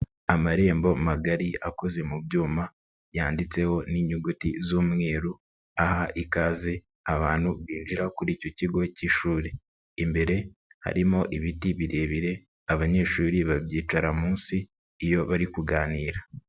Amarembo magari akoze mu byuma yanditseho n'inyuguti z'umweru aha ikaze abantu binjira kuri icyo kigo k'ishuri, imbere harimo ibiti birebire abanyeshuri babyicara munsi iyo bari kuganira.